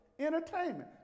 Entertainment